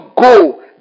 go